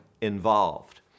involved